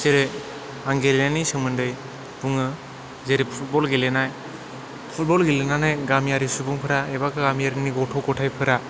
जेरै आं गेलेनायनि सोमोन्दै बुङो जेरै फुटबल गेलेनाय फुटबल गेलेनानै गामियारि सुबुंफोरा एबा गामियारिनि गथ' गथायफोरा